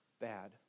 bad